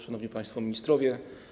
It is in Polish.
Szanowni Państwo Ministrowie!